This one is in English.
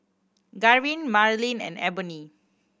Garvin Marleen and Eboni